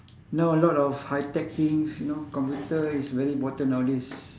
now a lot of high tech things you know computer is very important nowadays